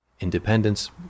Independence